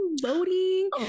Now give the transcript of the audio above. voting